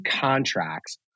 contracts